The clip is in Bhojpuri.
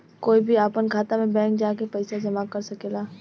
कोई भी आपन खाता मे बैंक जा के पइसा जामा कर सकेला